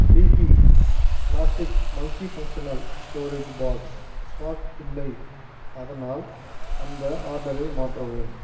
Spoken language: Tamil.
DP plastic multi functional storage box stock இல்லை அதனால் அந்த ஆர்டரை மாற்றவும்